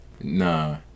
Nah